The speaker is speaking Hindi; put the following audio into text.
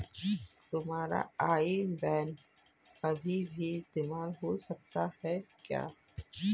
तुम्हारा आई बैन अभी भी इस्तेमाल हो सकता है क्या?